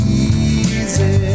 easy